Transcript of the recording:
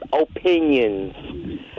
opinions